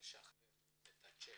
אינו יודע להעריך את הנכס.